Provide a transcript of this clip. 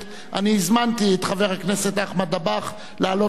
אני הזמנתי את חבר הכנסת אחמד דבאח לעלות לדוכן.